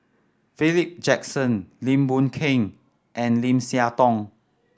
Philip Jackson Lim Boon Keng and Lim Siah Tong